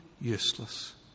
useless